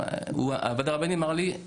ועד הרבנים אמר לי,